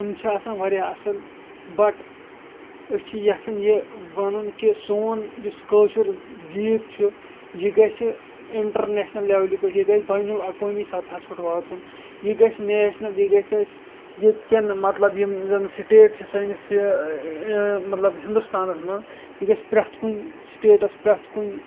تِم چھِ آسان واریاہ اَصٕل بَٹ أسۍ چھِ یَژھان یہِ وَنُن کہِ سون یُس کٲشُر گیٖت چھُ یہِ گژھِ اِنٹَرنیشنَل لٮ۪ولہِ پٮ۪ٹھ یہِ گژھِ بین الاقوامی سطحَس پٮ۪ٹھ واتُن یہِ گژھِ نیشنَل بیٚیہِ گژھِ اَسہِ ییٚتہِ کٮ۪ن مطلب یِم زَن سِٹیٹ چھِ سٲنِس یہِ مطلب ہِندُستانَس منٛز یہِ گژھِ پرٛٮ۪تھ کُنہِ سِٹیٹَس پرٛٮ۪تھ کُنہِ